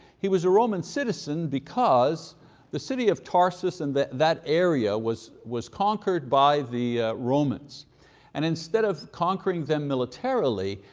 he was a roman citizen, because the city of tarsus and that that area was was conquered by the romans and instead of conquering them militarily,